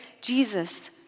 Jesus